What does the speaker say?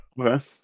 Okay